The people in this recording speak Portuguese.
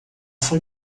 foi